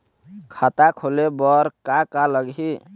खाता खोले बर का का लगही?